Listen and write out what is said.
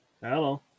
hello